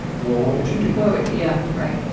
well, what would you do? what would you yeah. right,